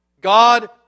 God